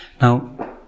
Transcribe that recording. Now